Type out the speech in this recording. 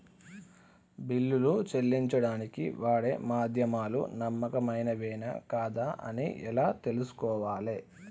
బిల్లులు చెల్లించడానికి వాడే మాధ్యమాలు నమ్మకమైనవేనా కాదా అని ఎలా తెలుసుకోవాలే?